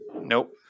Nope